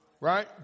right